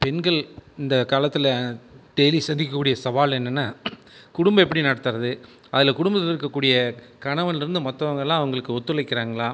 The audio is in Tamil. பெண்கள் இந்த காலத்தில் டெய்லி சந்திக்கக்கூடிய சவால் என்னென்னால் குடும்பம் எப்படி நடத்துகிறது அதில் குடும்பத்தில் இருக்க கூடிய கணவன்லேருந்து மற்றவங்கலாம் அவங்களுக்கு ஒத்துழைக்கிறாங்களா